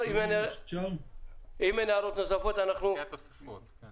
אין התייחסות שמתאימה לכמות המכלים בסיטואציה של החלפת ספק גז.